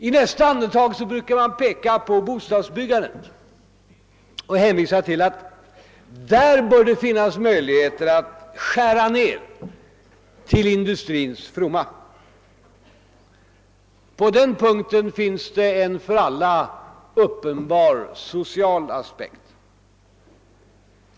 I nästa andetag brukar man peka på bostadsbyggandet och hänvisa till att det bör finnas möjligheter att skära ned där till förmån för industrin. På den punkten finns det en för alla uppenbar social aspekt.